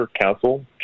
Council